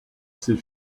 ses